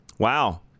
Wow